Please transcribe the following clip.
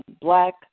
black